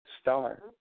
star